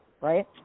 right